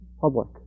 public